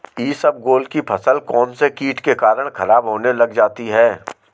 इसबगोल की फसल कौनसे कीट के कारण खराब होने लग जाती है?